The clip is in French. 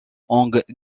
hong